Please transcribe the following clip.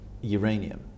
uranium